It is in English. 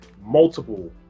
multiple